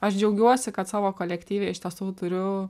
aš džiaugiuosi kad savo kolektyve iš tiesų turiu